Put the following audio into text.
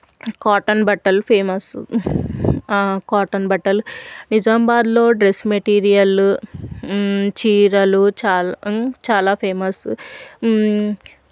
cotton బట్టలు famous cotton బట్టలు నిజామాబాద్లో డ్రెస్ మెటీరియల్ చీరలు చా చాలా ఫేమస్